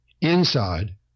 inside